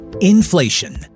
Inflation